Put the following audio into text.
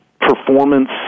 performance